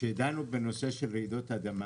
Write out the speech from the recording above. כשדנו בנושא של רעידות אדמה,